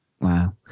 Wow